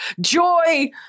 joy